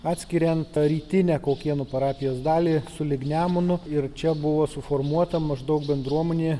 atskiriant rytinę kaukėnų parapijos dalį sulig nemunu ir čia buvo suformuota maždaug bendruomenė